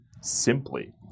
simply